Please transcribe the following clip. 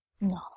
No